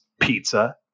pizza